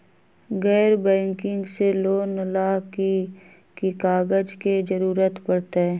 गैर बैंकिंग से लोन ला की की कागज के जरूरत पड़तै?